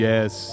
Yes